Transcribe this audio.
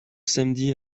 samedi